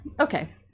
Okay